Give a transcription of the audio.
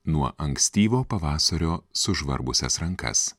nuo ankstyvo pavasario sužvarbusias rankas